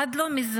עד לא מזמן,